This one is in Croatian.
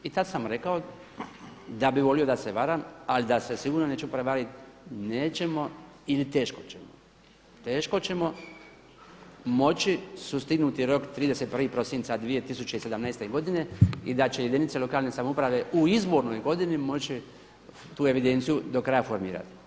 I tada sam rekao da bih volio da se varam ali da se sigurno neću prevariti, nećemo ili teško ćemo, teško ćemo moći sustignuti rok 31. prosinca 2017. godine i da će jedinice lokalne samouprave u izbornoj godini moći tu evidenciju do kraja formirati.